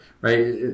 right